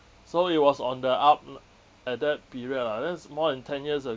so it was on the up lah at that period lah that's more than ten years ago